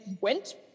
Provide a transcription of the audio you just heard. went